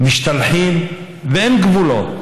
משתלחים ואין גבולות.